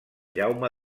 jaume